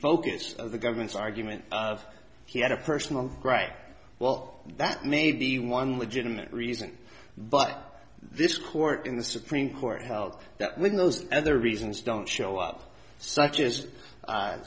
focus of the government's argument of he had a personal right well that may be one legitimate reason but this core in the supreme court held that when those other reasons don't show up such as